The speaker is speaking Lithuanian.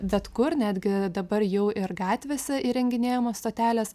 bet kur netgi bet dabar jau ir gatvėse įrenginėjamos stotelės